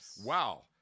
wow